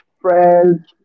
friends